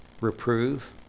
reprove